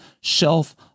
shelf